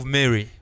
Mary